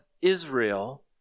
Israel